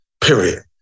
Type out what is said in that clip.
period